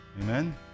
Amen